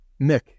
Mick